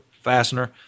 fastener